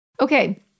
Okay